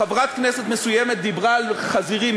חברת כנסת מסוימת דיברה על חזירים,